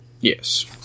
Yes